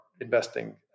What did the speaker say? investing